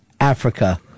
Africa